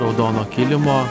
raudono kilimo